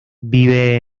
vive